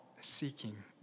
seeking